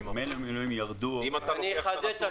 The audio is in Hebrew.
האחרונות --- ימי המילואים ירדו --- אני אחדד את